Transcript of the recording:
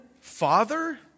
father